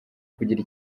kugira